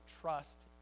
trust